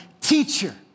Teacher